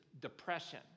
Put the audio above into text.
depression